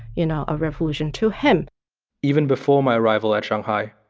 you know, of revolution to him even before my arrival at shanghai,